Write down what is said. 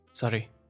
Sorry